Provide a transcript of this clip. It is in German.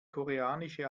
koreanische